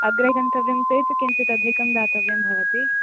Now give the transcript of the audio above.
अग्रे गन्तव्यं चेत् किञ्चित् अधिकं दातव्यं भवति